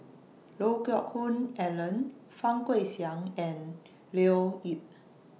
Lee Geck Hoon Ellen Fang Guixiang and Leo Yip